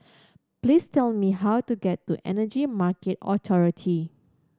please tell me how to get to Energy Market Authority